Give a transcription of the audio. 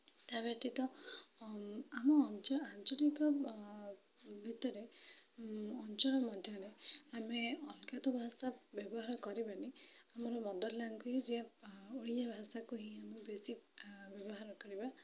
ତା ବ୍ୟତୀତ ଆମ ଅଞ୍ଚଳ ଆଞ୍ଚଳିକ ଭିତରେ ଅଞ୍ଚଳ ମଧ୍ୟରେ ଆମେ ଅଲଗା ତ ଭାଷା ବ୍ୟବହାର କରିବାନି ଆମର ମଦର୍ ଲାଙ୍ଗୁଏଜ୍ ଓଡ଼ିଆ ଭାଷାକୁ ହିଁ ଆମେ ବେଶି ବ୍ୟବହାର କରିବା